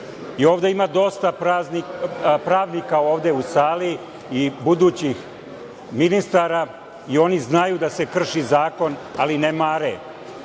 3. i ima dosta pravnika ovde u sali i budućih ministara i oni znaju da se krši zakon, ali ne mare